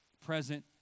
present